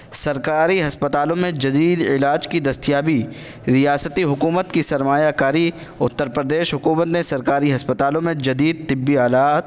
سرکاری ہسپتالوں میں جدید علاج کی دستیابی ریاستی حکومت کی سرمایہ کاری اتّر پردیش حکومت نے سرکاری ہسپتالوں میں جدید طبی آلات